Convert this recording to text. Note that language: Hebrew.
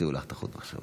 קטעו לך את חוט המחשבה.